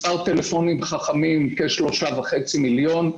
כאשר מספר הטלפונים החכמים הוא כ-3.5 מיליון.